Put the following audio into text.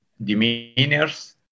demeanors